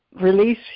release